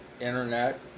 internet